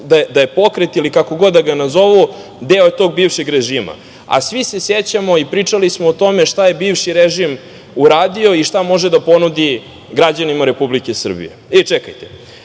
da je pokret, ili kako god da ga nazovu, deo je tog bivšeg režima. Svi se sećamo i pričali smo o tome šta je bivši režim uradio i šta može da ponudi građanima Republike Srbije.Za sve